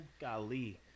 Golly